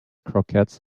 croquettes